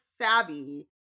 savvy